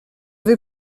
vais